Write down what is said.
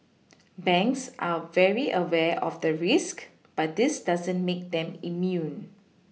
banks are very aware of the risk but this doesn't make them immune